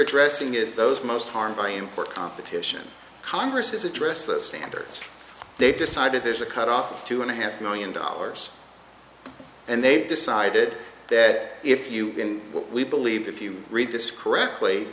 addressing is those most harmed by import competition congress has addressed the standards they've decided there's a cut off two and a half million dollars and they've decided that if you can what we believe if you read this correctly